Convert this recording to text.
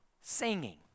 Singing